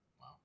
Wow